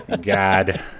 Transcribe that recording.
god